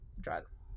drugs